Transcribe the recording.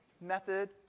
method